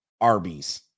Arby's